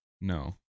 No